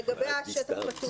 לגבי השטח הפתוח.